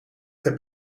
heb